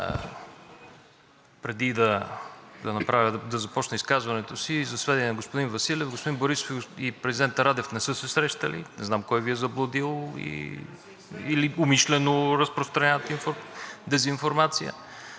Преди да започна изказването си, за сведение на господин Василев, Господин Борисов и президентът Радев не са се срещали. Не знам кой Ви е заблудил или умишлено разпространява дезинформация.